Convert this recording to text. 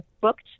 booked